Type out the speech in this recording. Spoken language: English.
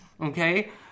okay